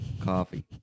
coffee